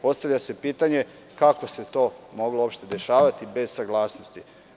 Postavlja se pitanje – kako se to uopšte moglo dešavati bez saglasnosti?